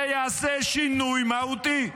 זה יעשה שינוי מהותי.